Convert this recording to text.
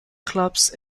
clubs